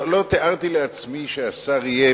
לא תיארתי לעצמי שהשר יהיה,